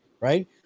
right